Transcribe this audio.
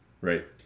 Right